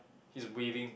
he's waving